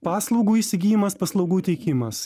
paslaugų įsigijimas paslaugų teikimas